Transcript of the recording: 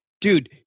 Dude